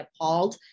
appalled